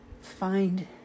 find